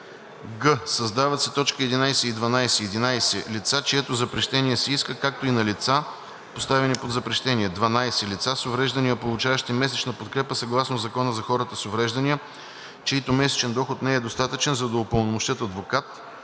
г) създават се т. 11 и 12: „11. лица, чието запрещение се иска, както и на лица, поставени под запрещение; 12. лица с увреждания, получaващи месечна подкрепа съгласно Закона за хората с увреждания, чийто месечен доход не е достатъчен, за да упълномощят адвокат.“